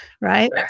right